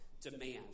demand